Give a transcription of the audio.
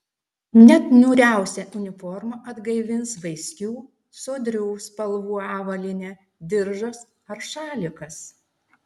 net niūriausią uniformą atgaivins vaiskių sodrių spalvų avalynė diržas ar šalikas